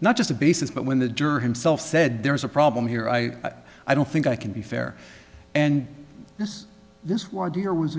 not just a basis but when the jerk himself said there is a problem here i i don't think i can be fair and this is why dear was